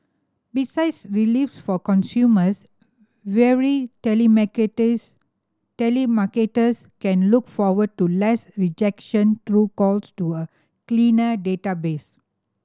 besides reliefs for consumers weary telemarketers can look forward to less rejection through calls to a cleaner database